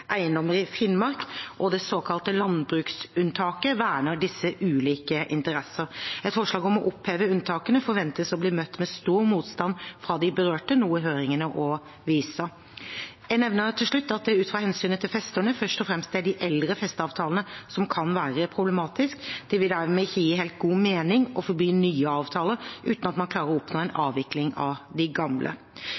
eiendommer i Finnmark og det såkalte landbruksunntaket, verner disse ulike interesser. Et forslag om å oppheve unntakene forventes å bli møtt med stor motstand fra de berørte, noe høringene også viser. Jeg nevner til slutt at det ut fra hensynet til festerne først og fremst er de eldre festeavtalene som kan være problematiske. Det ville dermed ikke gi helt god mening å forby nye avtaler uten at man klarer å oppnå en